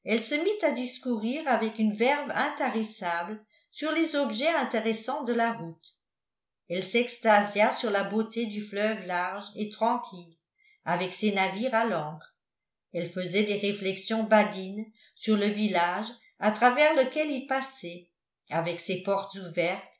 se mit à discourir avec une verve intarissable sur les objets intéressants de la route elle s'extasia sur la beauté du fleuve large et tranquille avec ses navires à l'ancre elle faisait des réflexions badines sur le village à travers lequel ils passaient avec ses portes ouvertes